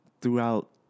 throughout